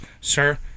sir